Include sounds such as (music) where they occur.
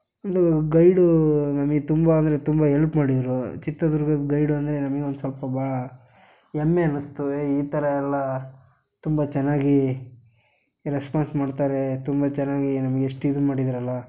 (unintelligible) guide ನಮಗೆ ತುಂಬ ಅಂದರೆ ತುಂಬ ಎಲ್ಪ್ ಮಾಡಿದರು ಚಿತ್ರದುರ್ಗದ ಗೈಡ್ ಅಂದರೆ ನಮಗೆ ಒಂದು ಸ್ವಲ್ಪ ಭಾಳ ಹೆಮ್ಮೆ ಅನ್ನಿಸ್ತು ಏಯ್ ಈ ಥರ ಎಲ್ಲ ತುಂಬ ಚೆನ್ನಾಗಿ ರೆಸ್ಪಾನ್ಸ್ ಮಾಡ್ತಾರೆ ತುಂಬ ಚೆನ್ನಾಗಿ ನಮಗೆ ಎಷ್ಟು ಇದು ಮಾಡಿದ್ರಲ್ಲ